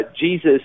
Jesus